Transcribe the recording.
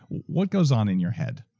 what goes on in your head?